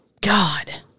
God